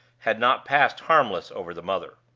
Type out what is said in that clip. had not passed harmless over the mother.